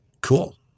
Cool